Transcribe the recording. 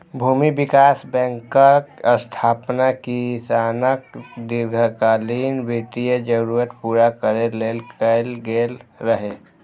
भूमि विकास बैंकक स्थापना किसानक दीर्घकालीन वित्तीय जरूरत पूरा करै लेल कैल गेल रहै